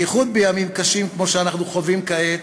בייחוד בימים קשים כמו שאנחנו חווים כעת,